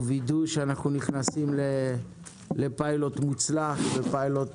וידוא שאנחנו נכנסים לפיילוט מוצלח ופיילוט